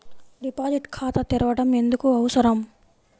Deposit ఖాతా తెరవడం ఎందుకు అవసరం?